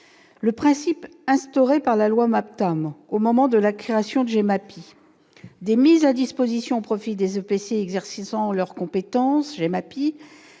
Le principe, instauré par la loi MAPTAM au moment de la création de GEMAPI, des mises à disposition au profit des EPCI exerçant leur compétence,